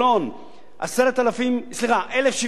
1,070 דירות, טבריה,